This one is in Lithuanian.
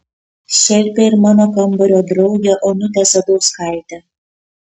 šelpė ir mano kambario draugę onutę sadauskaitę